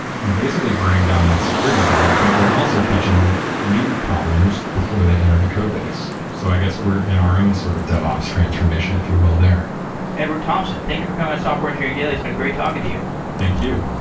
we're basically burning down that security dead, but we're also catching new problems before they enter the code base, so i guess we're in our own sort of devops transformation, if you will there edward thomson, thank you for coming on software engineering daily. it's been great talking to you thank you